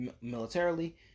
militarily